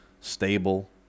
stable